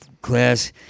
class